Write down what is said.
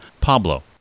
Pablo